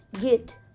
Get